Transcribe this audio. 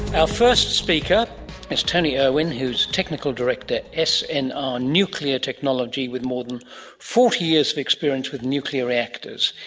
our first speaker is tony irwin who is technical director snr and ah nuclear technology with more than forty years of experience with nuclear reactors.